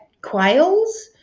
quails